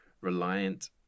reliant